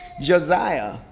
Josiah